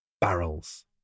barrels